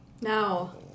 Now